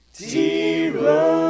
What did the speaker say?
zero